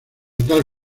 tal